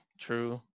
True